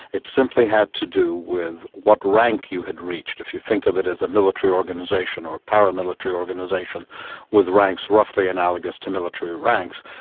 it simply had to do with what rank you had reached. if you think of it as a military organisation or a paramilitary organisation with ranks roughly analogous to military ranks,